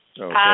Okay